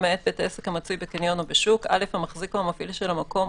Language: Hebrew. למעט בית עסק המצוי בקניון או בשוק,(א) המחזיק או המפעיל של המקום,